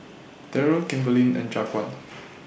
Daryl Kimberlie and Jaquan